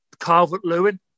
Calvert-Lewin